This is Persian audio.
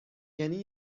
یعنی